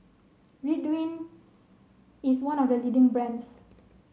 Ridwind is one of the leading brands